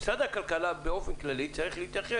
באופן כללי צריך להתייחס